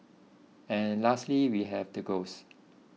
and lastly we have the ghosts